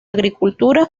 agricultura